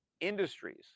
industries